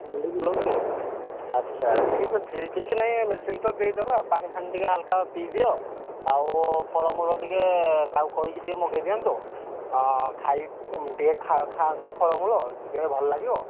ମୁଣ୍ଡ ବୁଲଉଛି ଆଚ୍ଛା ଠିକ୍ ଅଛି କିଛି ନାଇଁ ମେଡ଼ିସିନ୍ ତ ଦେଇଦବା ପାଣି ଫାଣି ଟିକେ ହାଲକା ପିଇଦିଅ ଆଉ ଫଳମୂଳ ଟିକେ କାହାକୁ କହିକି ଟିକେ ମଗାଇ ଦିଅନ୍ତୁ ଖାଇ ଟିକେ ଖା ଖାଆନ୍ତୁ ଫଳମୂଳ ଟିକେ ଭଲ ଲାଗିବ